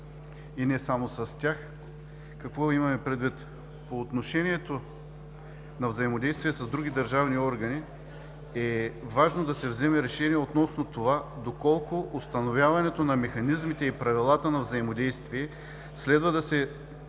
и не само с тях. Какво имаме предвид? По отношение на взаимодействието с други държавни органи е важно да се вземе решение относно това доколко установяването на механизмите и правилата на взаимодействие следва да се предвижда